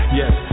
yes